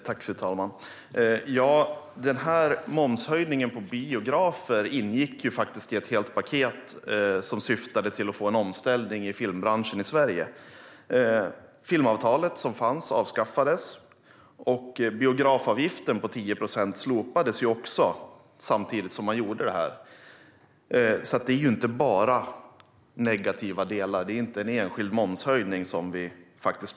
Fru talman! Momshöjningen på biografer ingick i ett helt paket som syftade till att få en omställning i filmbranschen i Sverige. Filmavtalet avskaffades, och biografavgiften på 10 procent slopades samtidigt. Det är inte bara negativa delar, och det är inte fråga om en enskild momshöjning.